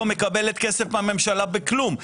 היא לא מקבלת כסף מהממשלה בכלום,